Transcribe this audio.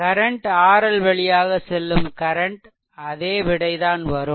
current RL வழியாக செல்லும் current அதே விடை தான் வரும்